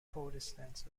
protestants